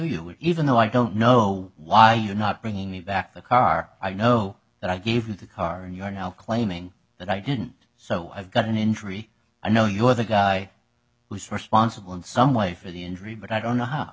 you even though i don't know why you're not bringing me back the car i know that i gave you the car and you are now claiming that i didn't so i've got an injury i know you are the guy who is responsible in some way for the injury but i don't know how